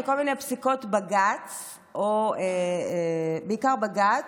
אלה כל מיני פסיקות בג"ץ, בעיקר בג"ץ,